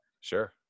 Sure